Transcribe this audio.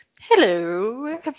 hello